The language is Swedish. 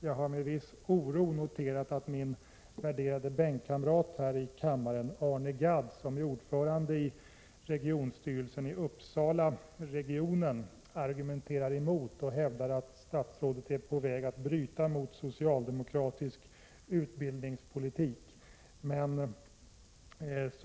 Jag har med viss oro noterat att min värderade bänkkamrat i kammaren Arne Gadd, som är ordförande i regionstyrelsen för Uppsala högskoleregion, argumenterar emot och hävdar att statsrådet är på väg att bryta mot socialdemokratisk utbildningspolitik.